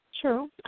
True